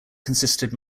consisted